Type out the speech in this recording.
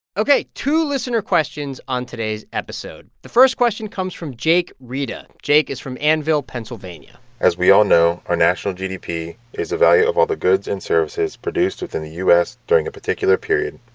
ok, two listener questions on today's episode the first question comes from jake rita. jake is from annville, pa and so as we all know, our national gdp is the value of all the goods and services produced within the u s. during a particular period.